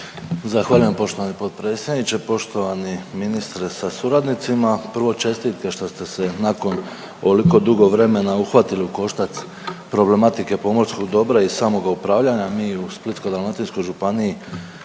Zahvaljujem poštovani potpredsjedniče, poštovani ministre sa suradnicima, prvo čestitke što ste se nakon ovoliko dugo vremena uhvatili u koštac problematike pomorskog dobra i samoga upravljanja. Mi u Splitsko-dalmatinskoj županiji